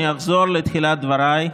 אני אחזור לתחילת דבריי.